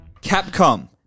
Capcom